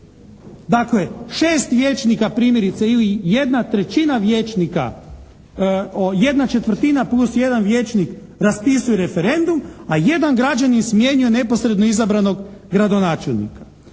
ili jedna trećina vijećnika, jedna četvrtina plus jedan vijećnik raspisuje referendum a jedan građanin smjenjuje neposredno izabranog gradonačelnika.